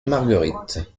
marguerite